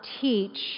teach